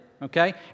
Okay